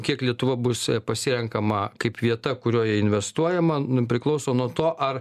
kiek lietuva bus pasirenkama kaip vieta kurioje investuojama nu priklauso nuo to ar